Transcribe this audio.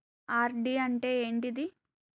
RD అంటే ఏంటిది?